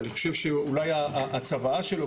אני חושב שאולי הצוואה שלו,